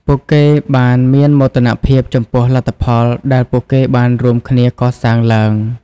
ពួកគេបានមានមោទនភាពចំពោះលទ្ធផលដែលពួកគេបានរួមគ្នាកសាងឡើង។